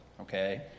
okay